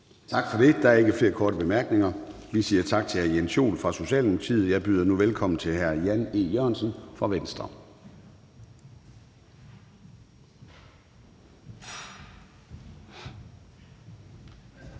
Tak for det. Der er ikke flere korte bemærkninger. Vi siger tak til hr. Jens Joel fra Socialdemokratiet. Jeg byder nu velkommen til hr. Jan E. Jørgensen fra Venstre. Kl.